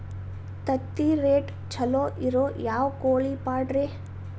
ತತ್ತಿರೇಟ್ ಛಲೋ ಇರೋ ಯಾವ್ ಕೋಳಿ ಪಾಡ್ರೇ?